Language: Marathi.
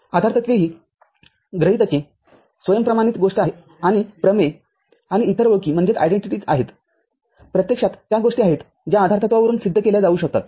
आधारतत्वे ही गृहीतके स्वयंप्रमाणित गोष्टआणि प्रमेय आणि इतर ओळखीआहेत प्रत्यक्षात त्या गोष्टी आहेत ज्या आधारतत्वावरून सिद्ध केल्या जाऊ शकतात